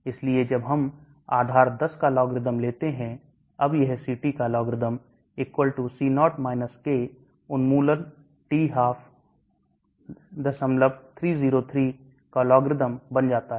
इसलिए जब हम आधार 10 का लॉग्र्रिदम लेते हैं अब यह CT का लॉग्र्रिदम C0 K उन्मूलन t2303 का लॉग्र्रिदम बन जाता है